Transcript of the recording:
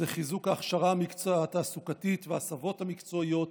זה חיזוק ההכשרה התעסוקתית וההסבות המקצועיות,